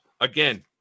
again